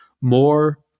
More